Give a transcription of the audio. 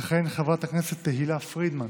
תכהן חברת הכנסת תהלה פרידמן,